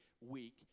week